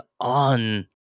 on